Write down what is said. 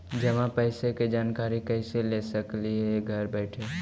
जमा पैसे के जानकारी कैसे ले सकली हे घर बैठे?